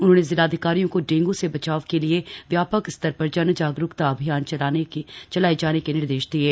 उन्होंने जिलाधिकारियों को डेंगू से बचाव के लिए व्यापक स्तर पर जनजागरूकता अभियान चलाये जाने के निर्देश दिये